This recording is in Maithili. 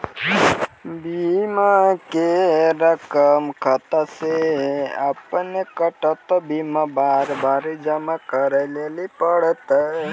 बीमा के रकम खाता से अपने कटत कि बार बार जमा करे लेली पड़त?